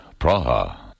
Praha